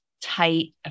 tight